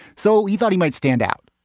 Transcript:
so he thought he might stand out